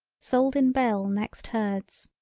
sold in bell next herds.